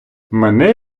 мене